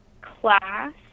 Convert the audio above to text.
class